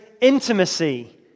intimacy